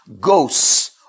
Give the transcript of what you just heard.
ghosts